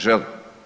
Žele.